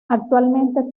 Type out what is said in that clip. actualmente